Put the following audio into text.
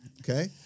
okay